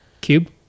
cube